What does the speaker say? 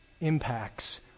impacts